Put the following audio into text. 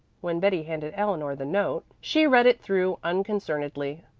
when betty handed eleanor the note she read it through unconcernedly,